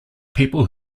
people